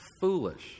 foolish